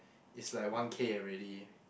it's like one K already